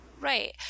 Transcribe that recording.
Right